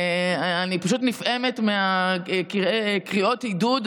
אני פשוט נפעמת מקריאות העידוד,